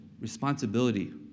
responsibility